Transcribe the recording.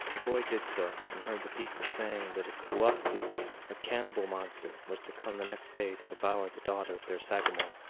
the boy did so, and heard the people saying that a kewahqu a cannibal monster, was to come the next day to devour the daughter of their sagamore.